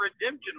redemption